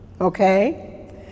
Okay